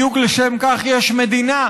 בדיוק לשם כך יש מדינה.